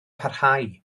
parhau